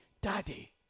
Daddy